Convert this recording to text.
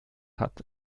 hat